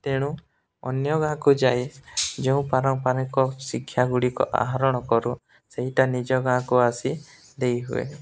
ତେଣୁ ଅନ୍ୟ ଗାଁକୁ ଯାଇ ଯେଉଁ ପାରମ୍ପାରିକ ଶିକ୍ଷା ଗୁଡ଼ିକ ଆହୋରଣ କରୁ ସେଇଟା ନିଜ ଗାଁକୁ ଆସି ଦେଇ ହୁଏ